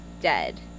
dead